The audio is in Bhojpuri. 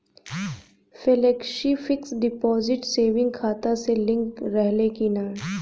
फेलेक्सी फिक्स डिपाँजिट सेविंग खाता से लिंक रहले कि ना?